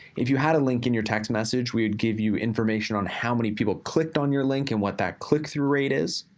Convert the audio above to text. if you had to link in your text message, we would give you information on how many people clicked on your link, and what that clicked to rate is.